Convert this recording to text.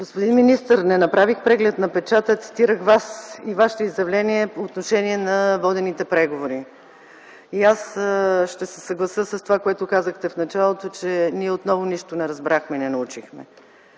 Господин министър, не направих преглед на печата, а цитирах Вас и Ваши изявления по отношение на водените преговори. Аз ще се съглася с това, което казахте в началото, че ние отново нищо не разбрахме и не научихме,